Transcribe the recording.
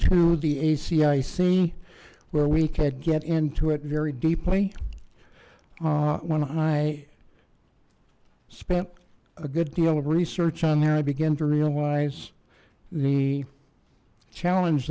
to the a c i see where we could get into it very deeply when i spent a good deal of research on there i began to realize the challenge